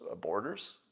borders